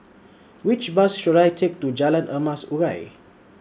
Which Bus should I Take to Jalan Emas Urai